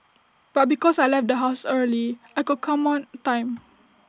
but because I left the house early I could come on time